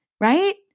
right